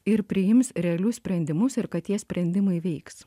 ir priims realius sprendimus ir kad tie sprendimai veiks